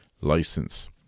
license